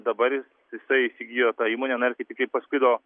dabar jis jisais įgijo tą įmonę na ir kai tiktai pasklido